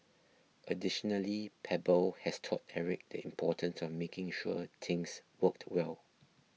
additionally Pebble has taught Eric the importance of making sure things worked well